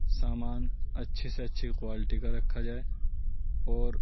سامان اچھے سے اچھی قوالٹی کا رکھا جائے اور